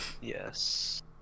Yes